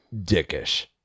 dickish